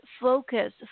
focus